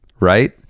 right